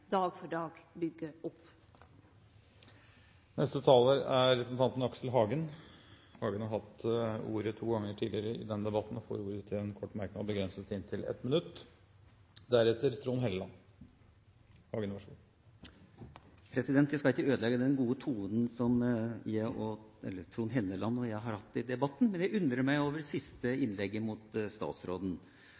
dag for dag byggjer opp? Representanten Aksel Hagen har hatt ordet to ganger og får ordet til en kort merknad, begrenset til inntil 1 minutt. Jeg skal ikke ødelegge den gode tonen som Trond Helleland og jeg har hatt i debatten, men jeg undrer meg over det siste innlegget mot statsråden.